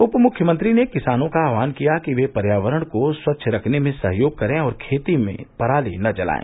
उपमुख्यमंत्री ने किसानों का आहवान किया कि वे पर्यावरण को स्वच्छ रखने में सहयोग करें और खेतों में पराली न जलाए